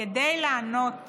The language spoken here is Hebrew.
כדי לענות